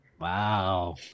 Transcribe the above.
Wow